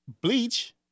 Bleach